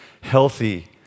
healthy